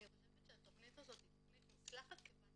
אני חושבת שהתכנית הזאת היא תכנית מוצלחת כיוון